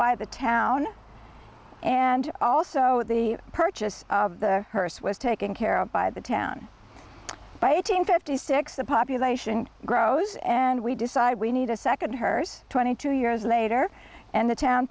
by the town and also the purchase of the hearse was taken care of by the town by eighteen fifty six the population grows and we decide we need a second hers twenty two years later and the town